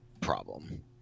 problem